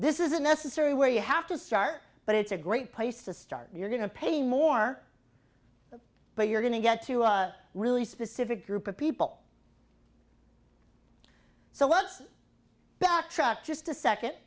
this isn't necessary where you have to start but it's a great place to start you're going to pay more but you're going to get to a really specific group of people so what backtrack just a second